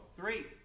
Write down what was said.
three